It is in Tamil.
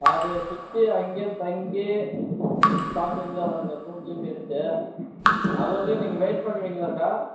அது சுற்றி அங்கே தங்கி பார்க்க வேண்டியதாக வருங்க ரூம் கீம் எடுத்து அது வந்து நீங்கள் வெயிட் பண்ணுவீங்களா சார்